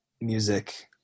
music